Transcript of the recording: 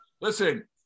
Listen